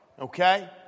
Okay